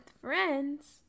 friends